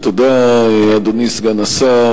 תודה, אדוני סגן השר.